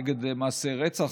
נגד מעשי רצח,